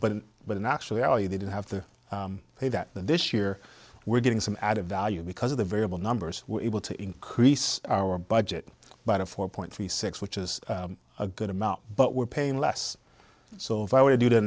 but but in actuality they didn't have to pay that this year we're getting some added value because of the variable numbers we're able to increase our budget but a four point three six which is a good amount but we're paying less so if i were to do the